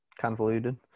convoluted